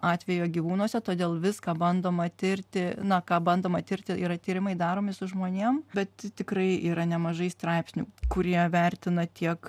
atvejo gyvūnuose todėl viską bandoma tirti na ką bandoma tirti yra tyrimai daromi su žmonėm bet tikrai yra nemažai straipsnių kurie vertina tiek